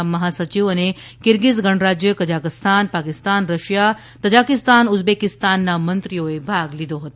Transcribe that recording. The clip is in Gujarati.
ના મહાસચિવ અને કિર્ગિઝ ગણરાજ્ય કઝાખાસ્તાન પાકિસ્તાન રશિયા તઝાકિસ્તાન ઉઝબેકીસ્તાનના મંત્રીઓએ ભાગ લીધો હતો